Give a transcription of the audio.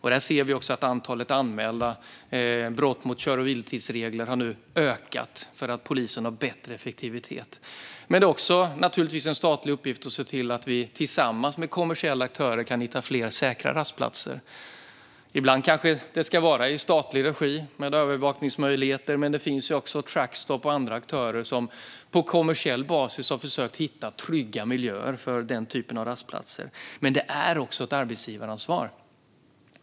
Vi ser också att antalet anmälda brott mot kör och vilotidsreglerna nu har ökat, eftersom polisen har bättre effektivitet. Det är naturligtvis också en statlig uppgift att se till att vi tillsammans med kommersiella aktörer kan hitta fler säkra rastplatser. Ibland kanske det ska vara i statlig regi, med övervakningsmöjligheter, men det finns ju också Truckstop och andra aktörer som på kommersiell basis har försökt att hitta trygga miljöer för den typen av rastplatser. Men det är också ett arbetsgivaransvar.